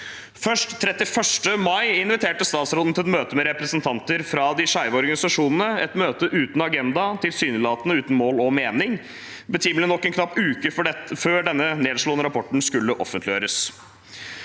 31. mai inviterte statsråden til et møte med representanter fra de skeive organisasjonene, et møte uten agenda og tilsynelatende uten mål og mening. Det skjedde betimelig nok en knapp uke før denne nedslående rapporten skulle offentliggjøres.